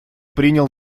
принял